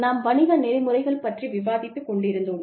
நாம் வணிக நெறிமுறைகள் பற்றி விவாதித்துக் கொண்டிருந்தோம்